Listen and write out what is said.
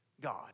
God